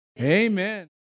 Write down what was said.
amen